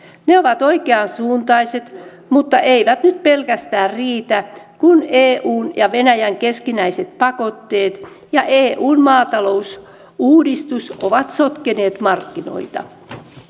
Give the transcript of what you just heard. ne ovat oikean suuntaiset mutta eivät nyt pelkästään riitä kun eun ja venäjän keskinäiset pakotteet ja eun maatalousuudistus ovat sotkeneet markkinoita